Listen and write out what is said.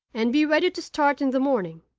and be ready to start in the morning.